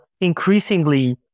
increasingly